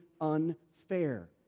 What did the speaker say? unfair